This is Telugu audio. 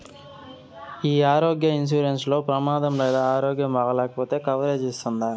ఈ ఆరోగ్య ఇన్సూరెన్సు లో ప్రమాదం లేదా ఆరోగ్యం బాగాలేకపొతే కవరేజ్ ఇస్తుందా?